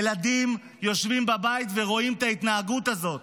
ילדים יושבים בבית ורואים את ההתנהגות הזאת.